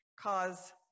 cause